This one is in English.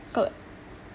got